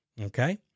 okay